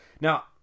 Now